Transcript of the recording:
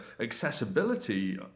accessibility